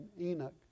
Enoch